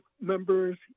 members